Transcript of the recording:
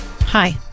Hi